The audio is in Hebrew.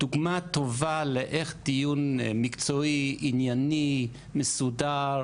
דוגמה טובה לאיך דיון מקצועי, ענייני מסודר,